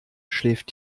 schläft